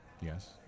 Yes